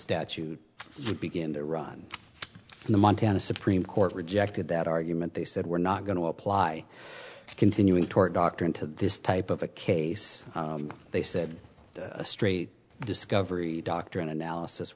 statute would begin to run in the montana supreme court rejected that argument they said we're not going to apply a continuing tort doctrine to this type of a case they said a straight discovery doctrine analysis